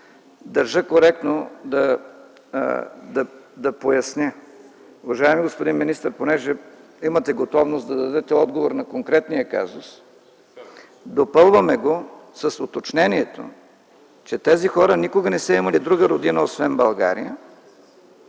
държа коректно да поясня. Уважаеми господин министър, понеже имате готовност да дадете отговор на конкретния казус, допълваме го с уточнението, че тези хора никога не са имали друга родина, освен България.